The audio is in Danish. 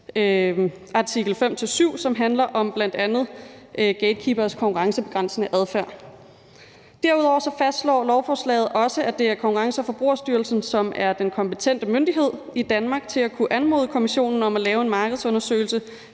artikel 5-7, som bl.a. handler om gatekeeperes konkurrencebegrænsende adfærd. Derudover fastslår lovforslaget også, at det er Konkurrence- og Forbrugerstyrelsen, som er den kompetente myndighed i Danmark til at kunne anmode Kommissionen om at lave en markedsundersøgelse,